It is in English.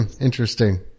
interesting